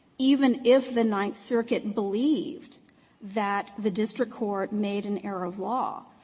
even if the ninth circuit believed that the district court made an error of law,